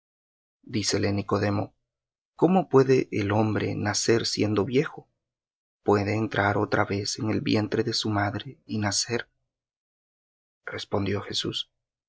dios dícele nicodemo cómo puede el hombre nacer siendo viejo puede entrar otra vez en el vientre de su madre y nacer respondió jesús